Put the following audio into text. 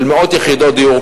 של מאות יחידות דיור,